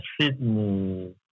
Sydney